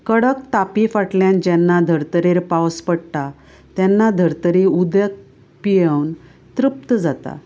कडक तापी फाटल्यान जेन्ना धर्तरेर पावस पडटा तेन्ना धर्तरी उदक पियेवन तृप्त जाता